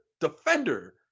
defender